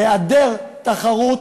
היעדר תחרות,